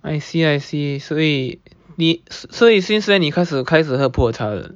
I see I see 所以你所以 since when 你开始喝普洱茶的